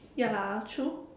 ya true